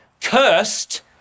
Cursed